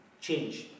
change